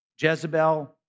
Jezebel